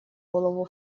голову